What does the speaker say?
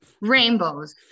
rainbows